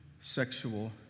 sexual